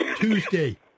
Tuesday